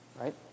Right